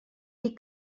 dir